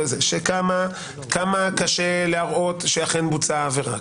כמה קשה להראות שאכן בוצעה עבירה,